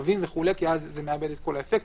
במכתבים וכו' כי אז זה מאבד את כל האפקט,